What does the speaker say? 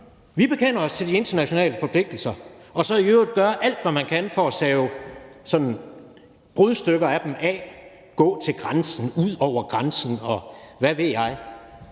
man bekender sig til de internationale forpligtelser, og så i øvrigt gør alt, hvad man kan, for at save sådan brudstykker af dem af – gå til grænsen, ud over grænsen, og hvad ved jeg